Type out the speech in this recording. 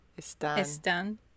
Están